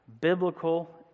Biblical